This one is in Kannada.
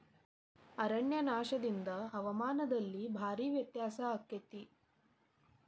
ಅರಣ್ಯನಾಶದಿಂದ ಹವಾಮಾನದಲ್ಲಿ ಭಾರೇ ವ್ಯತ್ಯಾಸ ಅಕೈತಿ